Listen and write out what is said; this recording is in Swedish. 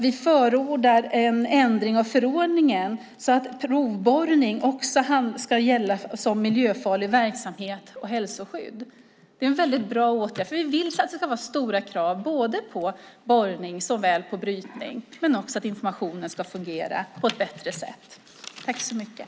Vi förordar alltså en ändring av förordningen så att även provborrning ska räknas som miljöfarlig verksamhet och kräva hälsoskydd. Det är en bra åtgärd, för vi vill att det ska vara hårda krav såväl på borrning som på brytning, samt att informationen ska fungera på ett bättre sätt.